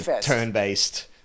turn-based